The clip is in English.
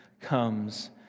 comes